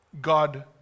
God